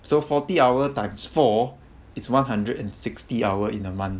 so forty hour times four it's one hundred and sixty hour in a month